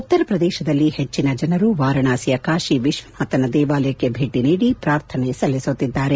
ಉತ್ತರ ಪ್ರದೇಶದಲ್ಲಿ ಹೆಚ್ಚಿನ ಜನರು ವಾರಣಾಸಿಯ ಕಾಶಿ ವಿಶ್ವನಾಥನ ದೇವಾಲಯಕ್ಕೆ ಭೇಟಿ ನೀಡಿ ಪ್ರಾರ್ಥನೆ ಸಲ್ಲಿಸುತ್ತಿದ್ದಾರೆ